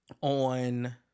on